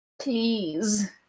Please